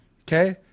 okay